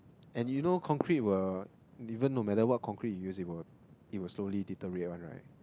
and you know concrete will even no matter what concrete you use it will it will slowly deteriorate one right